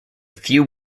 few